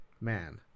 Man